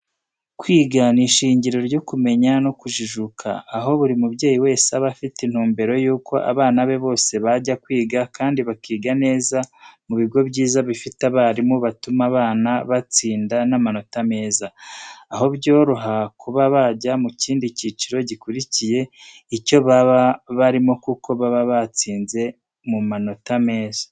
Kwiga ni ishingiro ryo kumenya no kujijuka, aho buri mubyeyi wese aba afite intumbero y'uko abana be bose bajya kwiga kandi bakiga neza mu bigo byiza bifite abarimu batuma abana batsinda n'amanota meza, aho byoroha kuba bajya mu kindi cyiciro gikurikiye icyo baba barimo kuko baba batsinze mu manota meza.